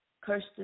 cursed